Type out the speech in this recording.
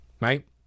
right